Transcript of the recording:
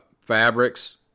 fabrics